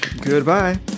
goodbye